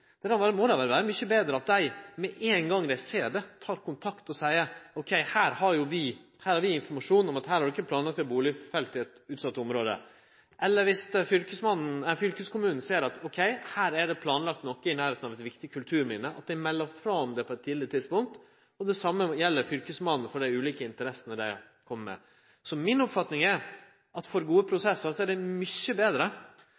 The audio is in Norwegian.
vere mykje betre at dei med ein gong dei ser det, tek kontakt og seier at dei har informasjon om at bustadfeltet er planlagt i eit utsett område. Eller om fylkeskommunen ser at her er det planlagt noko i nærleiken av eit viktig kulturminne, melder dei frå om det på eit tidleg tidspunkt. Det same gjeld Fylkesmannen, med omsyn til dei ulike interessene dei har. Så mi oppfatning er at for å få gode